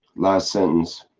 last sentence.